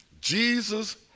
Jesus